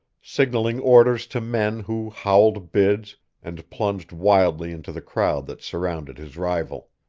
signaling orders to men who howled bids and plunged wildly into the crowd that surrounded his rival.